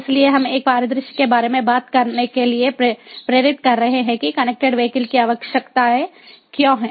इसलिए हम एक परिदृश्य के बारे में बात करने के लिए प्रेरित कर रहे हैं कि कनेक्टेड वीहिकल की आवश्यकता क्यों है